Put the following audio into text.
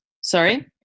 Sorry